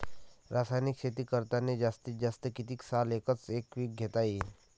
रासायनिक शेती करतांनी जास्तीत जास्त कितीक साल एकच एक पीक घेता येईन?